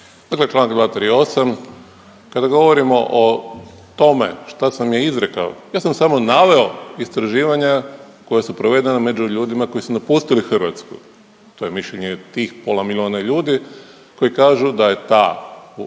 Dakle čl. 238., kada govorimo o tome šta sam ja izrekao, ja sam samo naveo istraživanja koja su provedena među ljudima koji su napustili Hrvatsku, to je mišljenje tih pola milijuna ljudi koji kažu da je ta